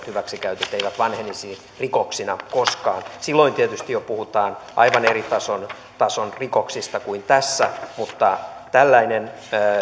hyväksikäytöt eivät vanhenisi rikoksina koskaan silloin tietysti jo puhutaan aivan eri tason tason rikoksista kuin tässä mutta tällainen